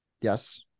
yes